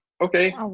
okay